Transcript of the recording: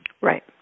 right